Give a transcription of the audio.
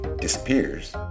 disappears